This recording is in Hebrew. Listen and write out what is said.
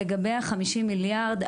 לגבי ה-50 מיליארד ₪,